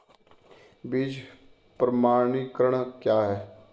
बीज प्रमाणीकरण क्या है?